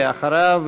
אחריו,